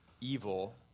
evil